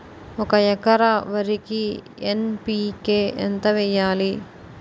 ఒక ఎకర వరికి ఎన్.పి కే ఎంత వేయాలి?